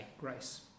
grace